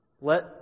Let